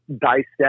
dissect